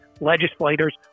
legislators